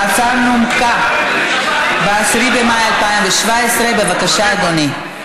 ההצעה נומקה ב-10 במאי 2017. בבקשה, אדוני.